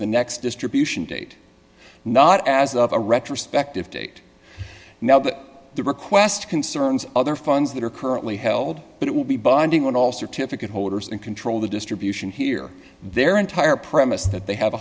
the next distribution date not as of a retrospective date now but the request concerns other funds that are currently held but it will be binding on all certificate holders and control the distribution here their entire premise that they have a